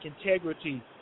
integrity